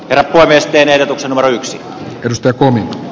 vielä vavisten erotuksen valo yksi piste